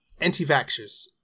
anti-vaxxers